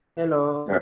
hello.